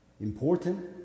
important